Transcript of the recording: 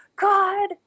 God